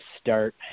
start